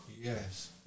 Yes